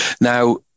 Now